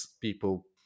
people